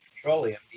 Petroleum